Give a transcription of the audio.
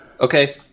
Okay